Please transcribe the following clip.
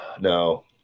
No